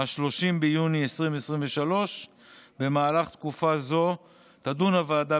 30 ביוני 2023. במהלך תקופה זו תדון הוועדה